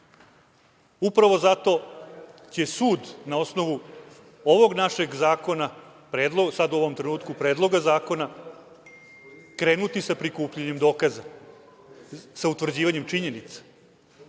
Upravo zato će sud na osnovu ovog našeg zakona, sada u ovom trenutku predloga zakona krenuti sa prikupljanjem dokaza, sa utvrđivanjem činjenica. Suštinska